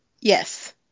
Yes